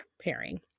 pairing